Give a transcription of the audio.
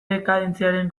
dekadentziaren